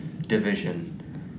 division